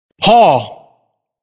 Paul